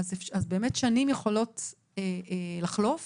יכולות לחלוף